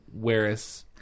whereas